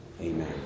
Amen